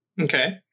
Okay